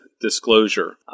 Disclosure